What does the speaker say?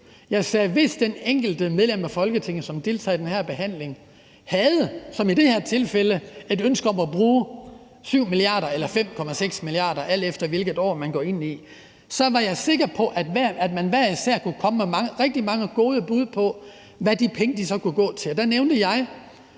hvis det enkelte medlem af Folketinget, som deltager i den her behandling, havde, som i det her tilfælde, et ønske om at bruge 7 mia. kr. eller 5,6 mia. kr., alt efter hvilket år man går ind i, var jeg sikker på, at man hver især kunne komme med rigtig mange gode bud på, hvad de penge så kunne gå til.